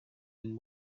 been